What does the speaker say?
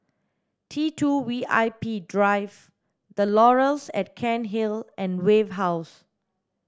T two V I P Drive The Laurels at Cairnhill and Wave House